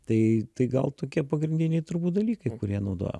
tai tai gal tokie pagrindiniai turbūt dalykai kurie naudojo